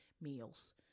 meals